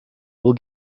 will